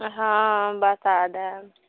हँ बता देब